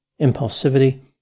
impulsivity